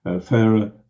fairer